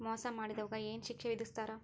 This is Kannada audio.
ಮೋಸಾ ಮಾಡಿದವ್ಗ ಏನ್ ಶಿಕ್ಷೆ ವಿಧಸ್ತಾರ?